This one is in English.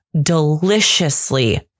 deliciously